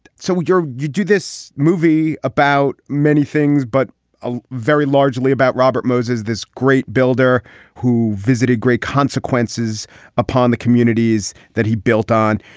so would you do this movie about many things but a very largely about robert moses this great builder who visited great consequences upon the communities that he built on.